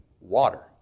water